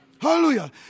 Hallelujah